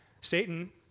Satan